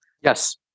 Yes